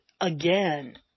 again